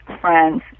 friends